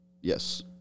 Yes